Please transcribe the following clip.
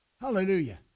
Hallelujah